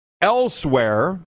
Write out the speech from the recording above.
Elsewhere